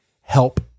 help